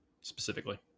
specifically